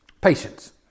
Patience